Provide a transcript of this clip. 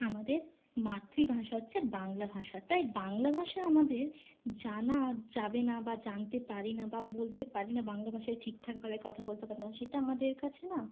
আমাদের মাতৃভাষা হচ্ছে বাংলা ভাষা তাই বাংলা ভাষা আমাদের জানা যাবে না বা জানতে পারি না বা বলতে পারি না বাংলা ভাষায় ঠিক ঠাকভাবে কথা বলতে পারি না সেটা আমাদের কাছে না